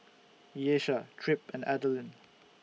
Ieshia Tripp and Adalyn